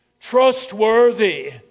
Trustworthy